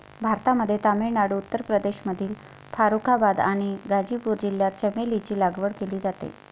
भारतामध्ये तामिळनाडू, उत्तर प्रदेशमधील फारुखाबाद आणि गाझीपूर जिल्ह्यात चमेलीची लागवड केली जाते